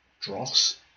Dross